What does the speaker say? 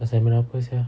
assignment apa sia